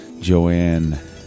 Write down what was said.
Joanne